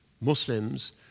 Muslims